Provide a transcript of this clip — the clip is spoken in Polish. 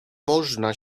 można